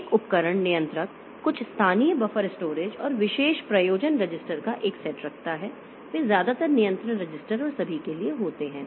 एक उपकरण नियंत्रक कुछ स्थानीय बफर स्टोरेज और विशेष प्रयोजन रजिस्टर का एक सेट रखता है वे ज्यादातर नियंत्रण रजिस्टर और सभी के लिए होते हैं